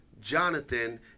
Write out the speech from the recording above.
Jonathan